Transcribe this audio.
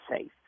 safe